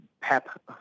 pep